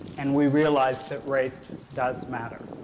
and we realize that race does matter.